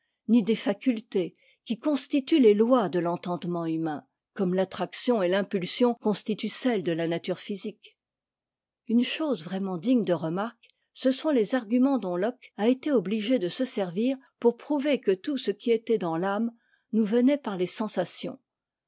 ni des facultés qui constituent les lois de l'entendement humain comme l'attraction et l'impulsion constituent celles de la nature physique une chose vraiment digne de remarque ce sont les arguments dont locke a été obligé de se servir pour prouver que tout ce qui était dans l'âme nous venait par les sensations